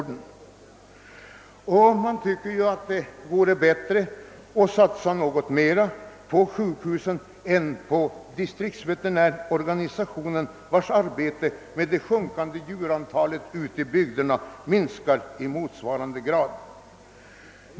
Det vore bättre att satsa något mera på sjukhusen i stället för på distriktsveterinärorganisationen, vars arbete i och med det sjunkande husdjursantalet ute i bygderna minskar i motsvarande grad.